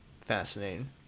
Fascinating